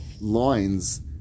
lines